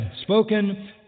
spoken